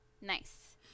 Nice